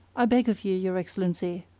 i beg of you, your excellency,